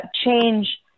change